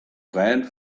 friend